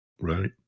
right